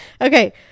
Okay